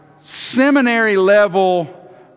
seminary-level